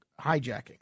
hijacking